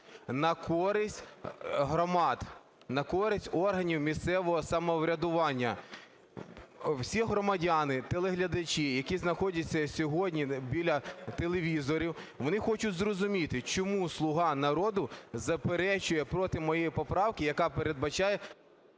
на користь громад, на користь органів місцевого самоврядування? Всі громадяни, телеглядачі, які знаходяться сьогодні біля телевізорів, вони хочуть зрозуміти, чому "Слуга народу" заперечує проти моєї поправки, яка передбачає…